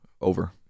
Over